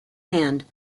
hand